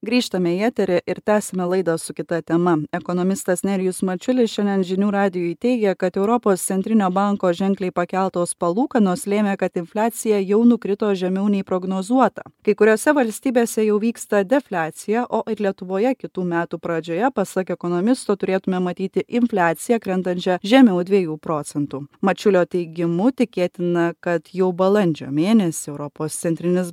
grįžtame į eterį ir tęsiame laidą su kita tema ekonomistas nerijus mačiulis šiandien žinių radijui teigė kad europos centrinio banko ženkliai pakeltos palūkanos lėmė kad infliacija jau nukrito žemiau nei prognozuota kai kuriose valstybėse jau vyksta defliacija o ir lietuvoje kitų metų pradžioje pasak ekonomisto turėtumėme matyti infliaciją krintančią žemiau dviejų procentų mačiulio teigimu tikėtina kad jau balandžio mėnesį europos centrinis